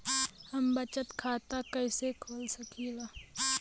हम बचत खाता कईसे खोल सकिला?